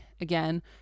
again